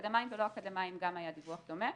ואקדמאים ולא אקדמאים גם היה דיווח דומה.